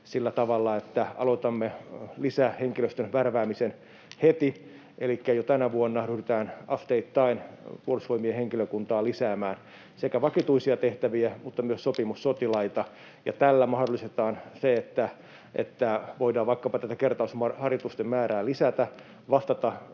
sillä tavalla, että aloitamme lisähenkilöstön värväämisen heti, elikkä jo tänä vuonna ryhdytään asteittain Puolustusvoimien henkilökuntaa lisäämään, sekä vakituisia tehtäviä että myös sopimussotilaita. Tällä mahdollistetaan se, että voidaan vaikkapa tätä kertausharjoitusten määrää lisätä, vastata